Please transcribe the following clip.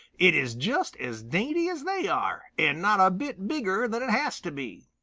it is just as dainty as they are, and not a bit bigger than it has to be.